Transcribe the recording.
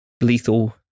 lethal